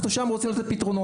שם אנחנו רוצים לתת פתרונות.